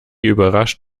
überrascht